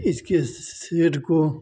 इसके शेड को